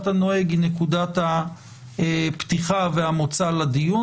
הנוהג הם נקודת הפתיחה שלה והמוצא לדיון,